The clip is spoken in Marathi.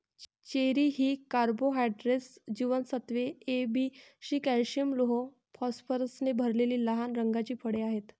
चेरी ही कार्बोहायड्रेट्स, जीवनसत्त्वे ए, बी, सी, कॅल्शियम, लोह, फॉस्फरसने भरलेली लाल रंगाची फळे आहेत